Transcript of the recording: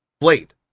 blade